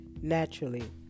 naturally